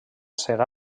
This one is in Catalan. serà